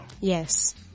Yes